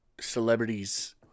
celebrities